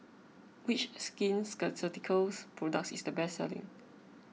which Skin Ceuticals products is the best selling